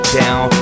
down